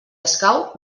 escau